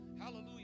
hallelujah